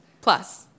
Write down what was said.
Plus